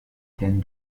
ten